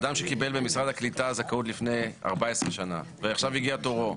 אדם שקיבל ממשרד הקליטה זכאות לפני 14 שנים ועכשיו הגיע תורו,